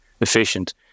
efficient